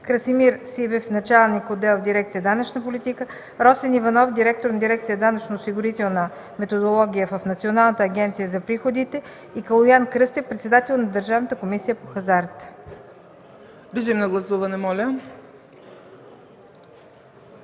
Красимир Сивев – началник на отдел, дирекция „Данъчна политика”, Росен Иванов – директор на дирекция „Данъчноосигурителна методология” в Националната агенция за приходите и Калоян Кръстев – председател на Държавната комисия по хазарта. ПРЕДСЕДАТЕЛ ЦЕЦКА